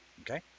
Okay